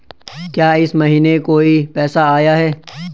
क्या इस महीने कोई पैसा आया है?